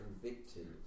convicted